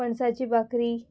पणसाची भकरी